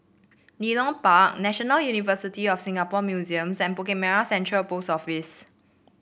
Leedon Park National University of Singapore Museums and Bukit Merah Central Post Office